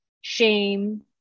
shame